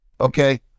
Okay